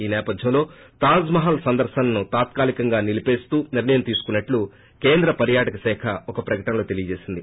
ఈ సేపధ్వంలో తాజ్ మహల్ సందర్పనలను తాత్కాలికంగా నిలిపిపేస్తూ నిర్ణయం తీసుకున్నట్లు కేంద్ర పర్యాటక శాఖ ఒక ప్రకటనలో తెలియచేసింది